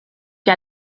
que